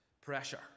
pressure